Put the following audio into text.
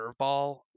curveball